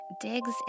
digs